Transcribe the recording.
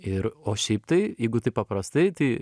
ir o šiaip tai jeigu taip paprastai tai